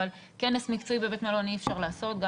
אבל כנס מקצועי בבית מלון אי אפשר לעשות גם